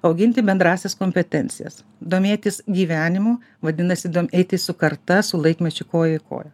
auginti bendrąsias kompetencijas domėtis gyvenimu vadinasi eiti su karta su laikmečiu koja į koją